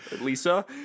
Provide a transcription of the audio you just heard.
Lisa